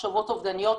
מחשבות אובדניות,